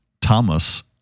Thomas